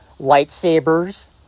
lightsabers